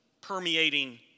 permeating